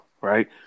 right